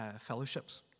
fellowships